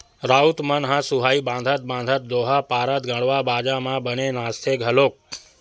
राउत मन ह सुहाई बंधात बंधात दोहा पारत गड़वा बाजा म बने नाचथे घलोक